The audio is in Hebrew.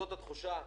זאת התחושה.